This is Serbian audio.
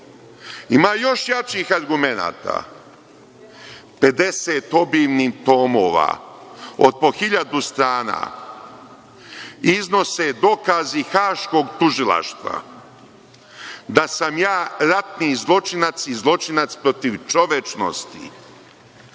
još jačih argumenata, 50 obimnih tomova, od po 1000 strana iznose dokazi Haškog tužilaštva, da sam ja ratni zločinac i zločinac protiv čovečnosti.